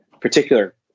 particular